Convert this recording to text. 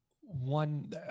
one